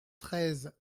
treize